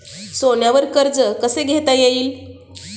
सोन्यावर कर्ज कसे घेता येईल?